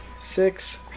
six